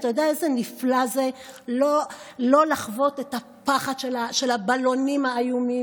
אתה יודע איזה נפלא זה לא לחוות את הפחד של הבלונים האיומים,